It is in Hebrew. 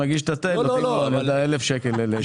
שם לפעמים נותנים למנקה וזה שמגיש את התה 1,000 שקלים לשנה.